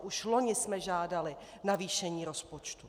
Už loni jsme žádali navýšení rozpočtu.